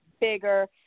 bigger